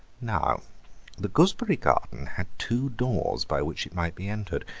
now the gooseberry garden had two doors by which it might be entered,